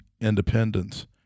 Independence